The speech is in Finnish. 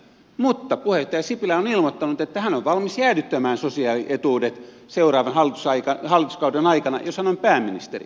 mutta puheenjohtaja sipilä on ilmoittanut että hän on valmis jäädyttämään sosiaalietuudet seuraavan hallituskauden aikana jos hän on pääministeri